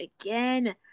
again